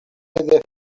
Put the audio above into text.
hedefi